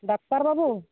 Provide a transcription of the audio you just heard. doctor ᱵᱟᱵᱩ